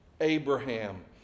Abraham